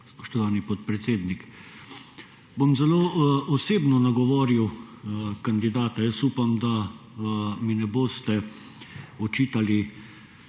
spoštovani podpredsednik. Bom zelo osebno nagovoril kandidata. Jaz upam, da mi ne boste očitali